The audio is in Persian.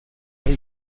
آیا